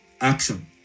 action